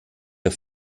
der